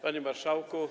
Panie Marszałku!